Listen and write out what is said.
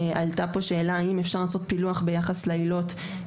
עלתה פה שאלה האם אפשר לעשות פילוח ביחס לעילות.